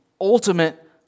ultimate